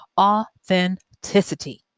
authenticity